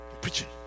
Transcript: Preaching